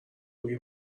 روی